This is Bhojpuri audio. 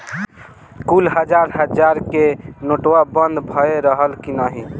कुल हजार हजार के नोट्वा बंद भए रहल की नाही